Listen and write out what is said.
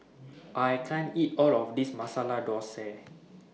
I can't eat All of This Masala Thosai